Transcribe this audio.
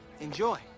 Enjoy